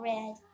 Red